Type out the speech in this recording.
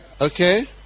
Okay